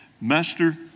Master